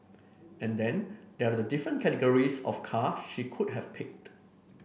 and then there are the different categories of car she could have picked